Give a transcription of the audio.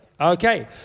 Okay